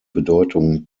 bedeutung